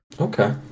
Okay